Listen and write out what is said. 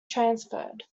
transferred